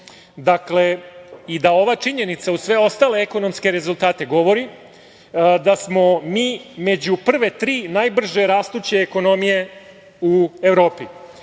7% i da ova činjenica uz sve ostale ekonomske rezultate govori da smo mi među prve tri najbrže rastuće ekonomije u Evropi. Dakle,